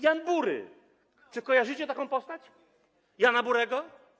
Jan Bury, czy kojarzycie taką postać, Jana Burego?